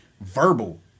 verbal